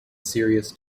serious